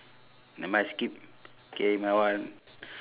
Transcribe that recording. nevermind skip K another one